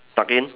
tuck in